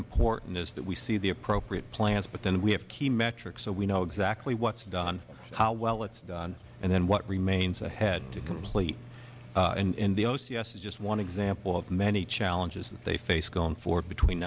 important is that we see the appropriate plans but then we have key metrics so we know exactly what is done how well it is done and then what remains ahead to complete and the ocs is just one example of many challenges that they face going forward between